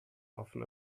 often